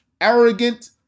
arrogant